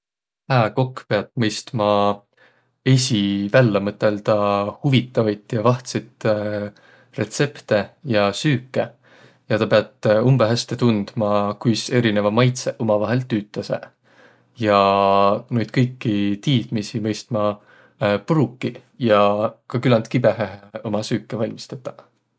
Hää kokko piät mõistma esiq vällä mõtõldaq huvitavit ja vahtsit retsepte ja süüke. Ja tä piät umbõ häste tundma, kuis erineväq maitsõq umavaihõl tüütäseq, ja noid kõiki tiidmiisi mõistma pruukiq ja ka küländ kibõhõhe uma süüke valmis tetäq.